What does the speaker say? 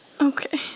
okay